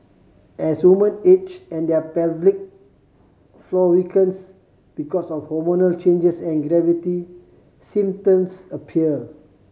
as woman age and their pelvic floor weakens because of hormonal changes and gravity symptoms appear